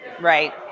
Right